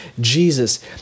Jesus